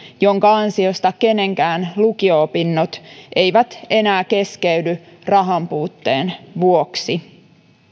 jonka ansiosta kenenkään lukio opinnot eivät enää keskeydy rahanpuutteen vuoksi